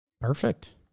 Perfect